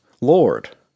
Lord